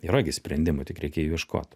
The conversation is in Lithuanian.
yra gi sprendimų tik reikia jų ieškot